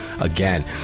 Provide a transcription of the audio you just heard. again